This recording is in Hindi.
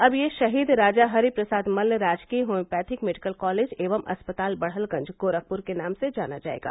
अब यह शहीद राजा हरि प्रसाद मल्ल राजकीय होम्योपैथिक मेडिकल कॉलेज एवं अस्पताल बड़हलगंज गोरखपुर के नाम से जाना जाएगा